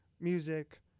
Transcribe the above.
music